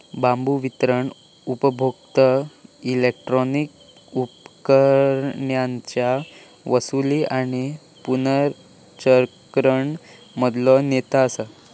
बांबू वितरण उपभोक्ता इलेक्ट्रॉनिक उपकरणांच्या वसूली आणि पुनर्चक्रण मधलो नेता असा